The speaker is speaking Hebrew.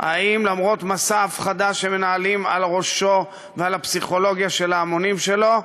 האם למרות מסע ההפחדה שמנהלים על ראשו ועל הפסיכולוגיה של ההמונים שלו,